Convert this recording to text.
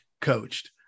coached